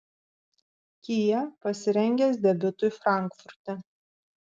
kia pasirengęs debiutui frankfurte